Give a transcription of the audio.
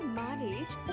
marriage